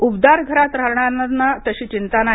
उबदार घरात राहणाऱ्यांना तशीही चिंता नाही